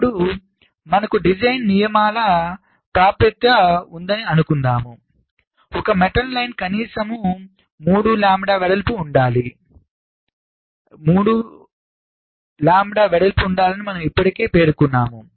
ఇప్పుడు మనకు డిజైన్ నియమాలకు ప్రాప్యత ఉందని అనుకుందాం ఒక మెటల్ లైన్ కనీసం 3 లాంబ్డా వెడల్పు ఉండాలి అని మనము ఇప్పటికే పేర్కొన్నాము